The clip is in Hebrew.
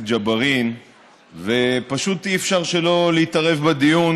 ג'בארין ופשוט אי-אפשר שלא להתערב בדיון,